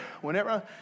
whenever